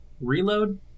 reload